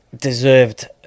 deserved